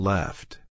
Left